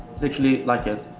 it's actually like it.